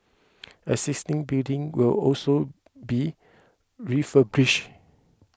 existing building will also be refurbished